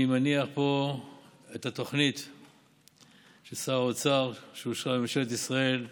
אני מניח פה את התוכנית של שר האוצר שאושרה בממשלת ישראל,